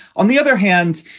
on the other hand,